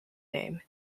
name